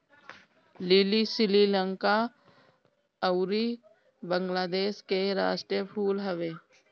लीली श्रीलंका अउरी बंगलादेश के राष्ट्रीय फूल हवे